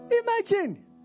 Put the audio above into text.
Imagine